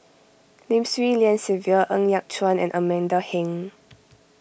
Lim Swee Lian Sylvia Ng Yat Chuan and Amanda Heng